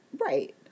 Right